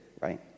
right